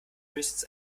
höchstens